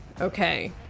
Okay